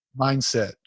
mindset